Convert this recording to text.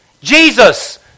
Jesus